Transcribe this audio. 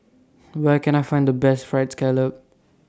Where Can I Find The Best Fried Scallop